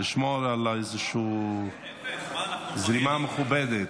לשמור על איזושהי זרימה מכובדת.